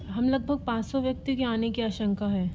हम लगभग पाँच सौ व्यक्ति के आने की आशंका है